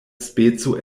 speco